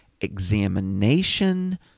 examination